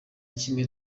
kimwe